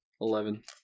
Eleven